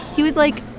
he was like,